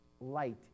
light